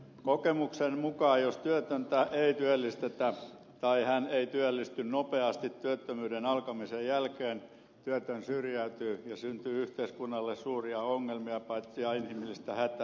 kokemuksen mukaan jos työtöntä ei työllistetä tai hän ei työllisty nopeasti työttömyyden alkamisen jälkeen työtön syrjäytyy ja yhteiskunnalle syntyy suuria ongelmia ja inhimillistä hätää